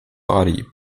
body